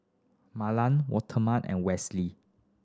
Marlon Waldemar and Westley